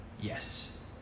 Yes